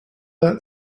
that